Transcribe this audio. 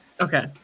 Okay